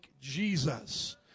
Jesus